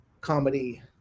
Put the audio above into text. comedy